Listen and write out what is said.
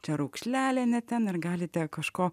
čia raukšlelė ne ten ir galite kažko